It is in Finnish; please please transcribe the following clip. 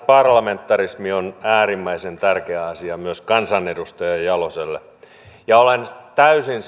parlamentarismi on äärimmäisen tärkeä asia myös kansanedustaja jaloselle ja olen täysin